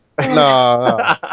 No